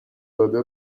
داده